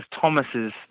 Thomas's